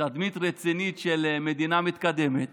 תדמית רצינית של מדינה מתקדמת,